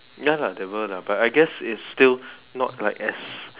ya lah there were lah but I guess it's still not like as